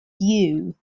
dew